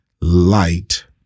light